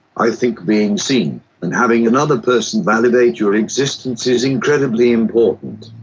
i think being seen and having another person validate your existence is incredibly important.